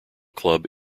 club